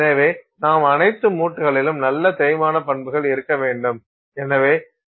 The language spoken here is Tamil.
எனவே நமது அனைத்து மூட்டுகளிலும் நல்ல தேய்மான பண்புகள் இருக்க வேண்டும்